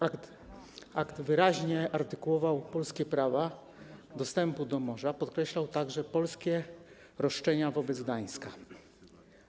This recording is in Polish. Akt wyraźnie artykułował polskie prawa dostępu do morza, podkreślał także polskie roszczenia wobec Gdańska.